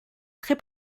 très